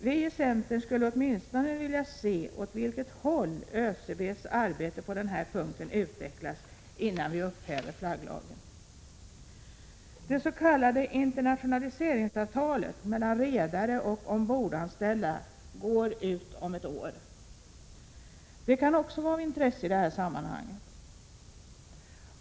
Vi i centern skulle åtminstone vilja se åt vilket håll ÖCB:s arbete på den här punkten utvecklas innan vi upphäver flagglagen. Det s.k. internationaliseringsavtalet mellan redare och ombordanställda går ut om ett år. Det kan också vara av intresse i det här sammanhanget.